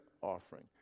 offering